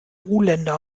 ruländer